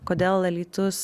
kodėl alytus